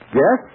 yes